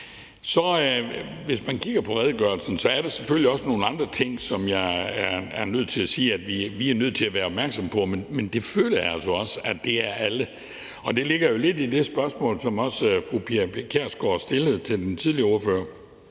Hvis man kigger på redegørelsen, er der selvfølgelig også nogle andre ting, som jeg er nødt til at sige at vi er nødt til at være opmærksomme på, men det føler jeg altså også at alle er, og det ligger jo lidt i det spørgsmål, som fru Pia Kjærsgaard også stillede den tidligere ordfører,